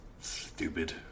stupid